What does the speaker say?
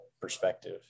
perspective